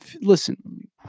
Listen